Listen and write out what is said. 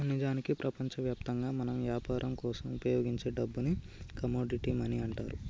నిజానికి ప్రపంచవ్యాప్తంగా మనం యాపరం కోసం ఉపయోగించే డబ్బుని కమోడిటీ మనీ అంటారు